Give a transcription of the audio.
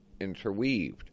interweaved